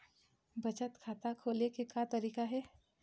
बचत खाता खोले के का तरीका हे?